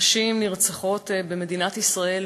נשים נרצחות במדינת ישראל,